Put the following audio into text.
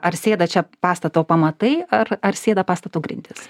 ar sėda čia pastato pamatai ar ar sėda pastato grindys